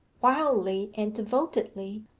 wildly and devotedly,